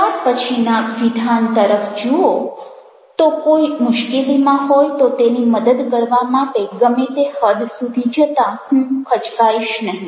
ત્યાર પછીના વિધાન તરફ જુઓ તો કોઈ મુશ્કેલીમાં હોય તો તેની મદદ કરવા માટે ગમે તે હદ સુધી જતાં હું ખચકાઇશ નહિ